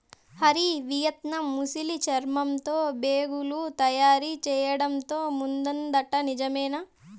Hari, Vietnam ముసలి చర్మంతో బేగులు తయారు చేయడంతో ముందుందట నిజమేనా